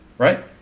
Right